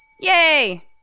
Yay